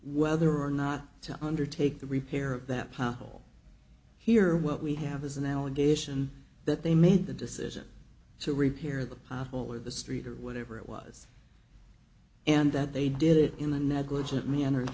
whether or not to undertake the repair of that pothole here what we have is an allegation that they made the decision to repair the pothole or the street or whatever it was and that they did it in a negligent man